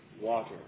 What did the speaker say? water